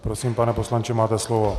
Prosím, pane poslanče, máte slovo.